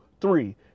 three